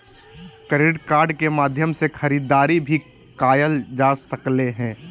credit card के माध्यम से खरीदारी भी कायल जा सकले हें